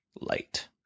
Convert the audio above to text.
light